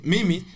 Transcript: Mimi